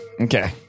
Okay